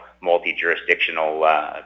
multi-jurisdictional